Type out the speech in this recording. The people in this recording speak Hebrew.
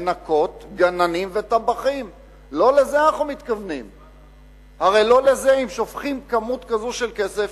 מנקות, גננים וטבחים, אם שופכים כמות כזאת של כסף,